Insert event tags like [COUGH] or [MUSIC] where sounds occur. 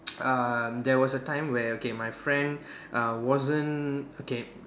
[NOISE] um there was a time where okay my friend err wasn't okay